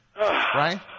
Right